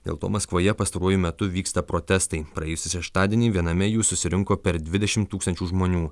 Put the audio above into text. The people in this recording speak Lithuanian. dėl to maskvoje pastaruoju metu vyksta protestai praėjusį šeštadienį viename jų susirinko per dvidešim tūkstančių žmonių